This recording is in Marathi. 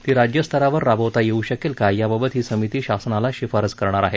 ती राज्यस्तरावर राबवता येऊ शकेल का याबाबत ही समिती शासनाला शिफारस करणार आहे